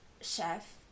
chef